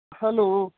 hello